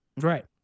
Right